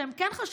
שהם כן חשובים,